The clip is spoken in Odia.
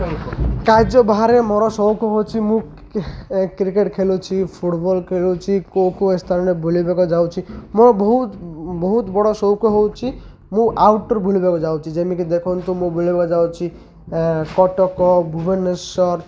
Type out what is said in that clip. କାର୍ଯ୍ୟ ବାହାରେ ମୋର ସଉକ ହେଉଛି ମୁଁ କ୍ରିକେଟ୍ ଖେଲୁଛି ଫୁଟବଲ୍ ଖେଳୁଛି ଖୋଖୋ ଏ ସ୍ଥାନରେ ବୁଲିବାକୁ ଯାଉଛିି ମୋର ବହୁତ ବହୁତ ବଡ଼ ସଉକ ହଉଚି ମୁଁ ଆଉଟଡ଼ୋର ବୁଲିବାକୁ ଯାଉଛି ଯେମିତିି ଦେଖନ୍ତୁ ମୁଁ ବୁଲିବାକୁ ଯାଉଛି କଟକ ଭୁବନେଶ୍ୱର